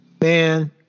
man